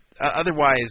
otherwise